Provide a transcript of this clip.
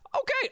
Okay